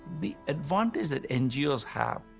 the advantage that ngos have,